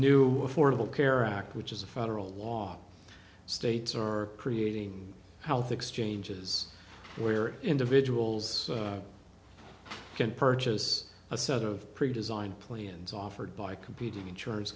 new affordable care act which is a federal law the states are creating how the exchanges where individuals can purchase a set of predesigned plans offered by competing insurance